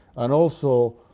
and also